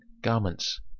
garments